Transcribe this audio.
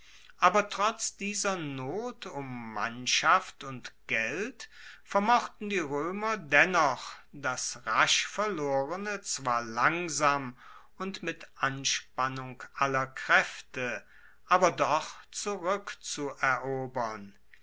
aber trotz dieser not um mannschaft und geld vermochten die roemer dennoch das rasch verlorene zwar langsam und mit anspannung aller kraefte aber doch